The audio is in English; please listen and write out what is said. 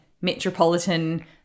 metropolitan